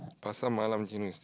Pasar Malam chendol is